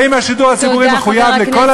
האם השידור הציבורי מחויב לכל הציבור,